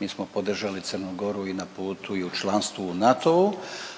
mi smo podržali Crnu Goru na putu i u članstvu u NATO-u,